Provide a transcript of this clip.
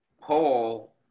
Paul